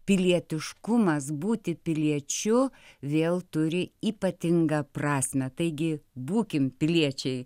pilietiškumas būti piliečiu vėl turi ypatingą prasmę taigi būkim piliečiai